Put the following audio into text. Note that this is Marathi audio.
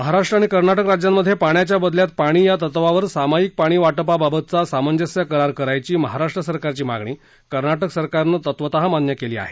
महाराष्ट्र आणि कर्नाटक राज्यांमधे पाण्याच्या बदल्यात पाणी या तत्वावर सामायिक पाणीवाटपाबाबतचा सामंजस्य करार करायची महाराष्ट्र सरकारची मागणी कर्नाटक राज्य सरकारनं तत्वतः मान्य केली आहे